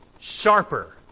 sharper